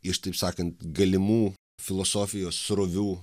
iš taip sakant galimų filosofijos srovių